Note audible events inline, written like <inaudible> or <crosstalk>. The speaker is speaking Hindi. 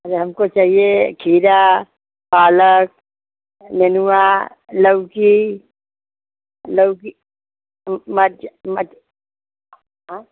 अरे हमको चाहिए खीरा पालक नेनुआ लौकी लौकी <unintelligible> हाँ